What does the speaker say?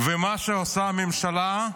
מה עושה הממשלה?